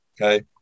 okay